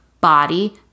body